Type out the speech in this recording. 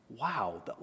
Wow